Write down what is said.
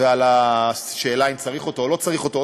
ועל השאלה אם צריך אותו או לא צריך אותו.